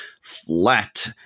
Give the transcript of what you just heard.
flat